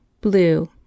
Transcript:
Blue